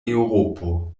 eŭropo